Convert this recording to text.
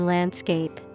Landscape